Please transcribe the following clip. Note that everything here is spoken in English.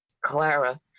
Clara